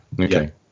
Okay